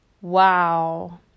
Wow